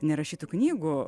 nerašytų knygų